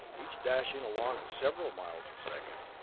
each dashing along at several miles a second,